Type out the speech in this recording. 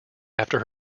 after